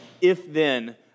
if-then